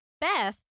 Beth